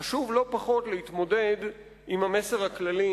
חשוב לא פחות להתמודד עם המסר הכללי